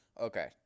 Okay